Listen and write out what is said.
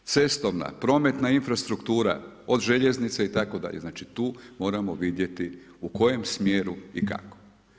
Cestovna, prometna infrastruktura, od željeznice itd. znači tu moramo vidjeti u kojem smjeru i kako.